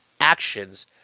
actions